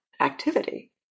activity